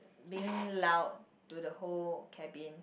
being loud to the whole cabin